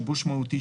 "שיבוש מהותי",